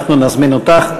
אנחנו נזמין אותך,